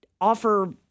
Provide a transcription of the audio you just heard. offer